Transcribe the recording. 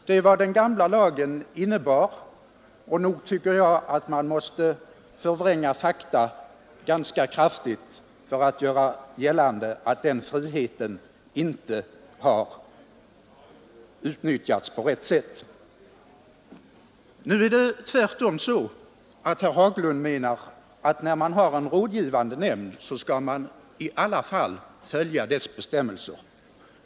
Det är vad den gamla lagen innebar, och nog tycker jag att man måste förvränga fakta ganska kraftigt för att göra gällande att den friheten inte har utnyttjats på rätt sätt. Nu menar herr Haglund tvärtom att när man har en rådgivande nämnd, skall man i alla fall följa dess bestämmelser.